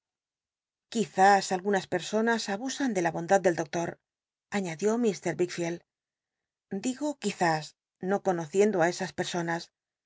is algunas personas abusan de la bondad del doctor añadió ir wickficld digo c uiz is no conociendo esas